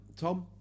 Tom